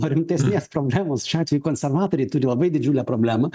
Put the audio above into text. nuo rimtesnės problemos šiuo atveju konservatoriai turi labai didžiulę problemą